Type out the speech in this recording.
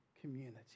community